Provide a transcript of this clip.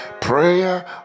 prayer